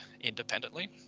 independently